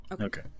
Okay